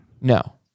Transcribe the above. No